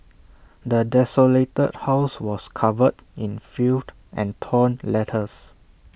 the desolated house was covered in filth and torn letters